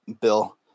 Bill